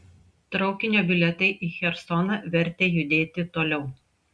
traukinio bilietai į chersoną vertė judėti toliau